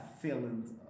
feelings